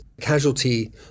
casualty